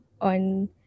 on